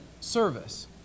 service